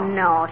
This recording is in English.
no